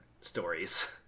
stories